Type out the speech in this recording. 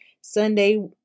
Sunday